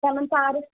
پَنُن تعارُف